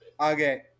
okay